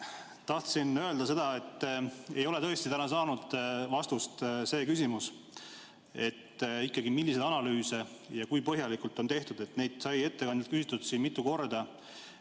Tahtsin öelda seda, et ei ole tõesti täna saanud vastust see küsimus, milliseid analüüse ja kui põhjalikult on tehtud. Seda sai ettekandjalt siin mitu korda